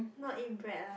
not eat bread lah